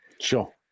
Sure